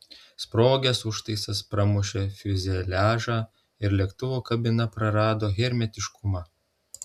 sprogęs užtaisas pramušė fiuzeliažą ir lėktuvo kabina prarado hermetiškumą